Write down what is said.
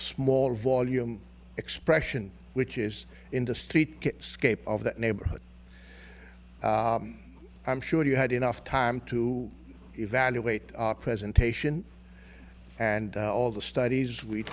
small volume expression which is in the st kitts scape of that neighborhood i'm sure you had enough time to evaluate our presentation and all the studies we